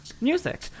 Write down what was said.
music